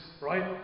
right